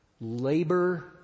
labor